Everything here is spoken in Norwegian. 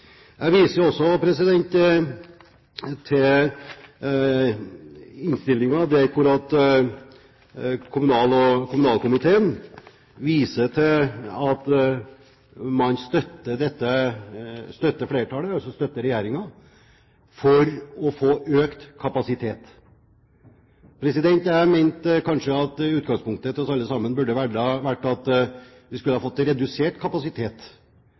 Jeg viser også til innstillingen, der kommunalkomiteen støtter flertallet, altså regjeringen, i å få økt kapasitet. Kanskje burde utgangspunktet for oss alle sammen vært at vi skulle fått redusert kapasitet.